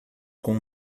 com